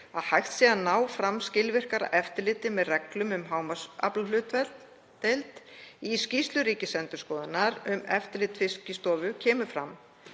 að hægt sé að ná fram skilvirkara eftirliti með reglum um hámarksaflahlutdeild. Í skýrslu Ríkisendurskoðunar um eftirlit Fiskistofu kemur fram